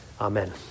Amen